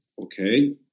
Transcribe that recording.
Okay